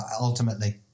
ultimately